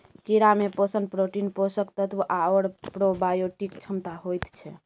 कीड़ामे पोषण प्रोटीन, पोषक तत्व आओर प्रोबायोटिक क्षमता होइत छै